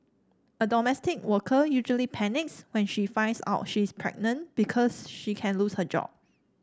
a domestic worker usually panics when she finds out she is pregnant because she can lose her job